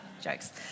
Jokes